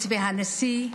מתווה הנשיא,